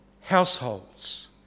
households